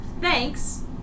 thanks